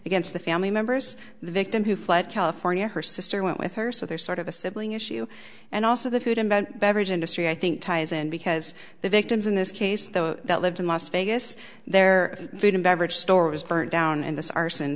against the family members the victim who fled california her sister went with her so there's sort of a sibling issue and also the food invent beverage industry i think ties and because the victims in this case that lived in las vegas their food and beverage store was burnt down in this arson